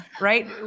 right